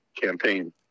campaign